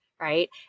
right